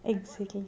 exactly